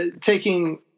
taking